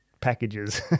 packages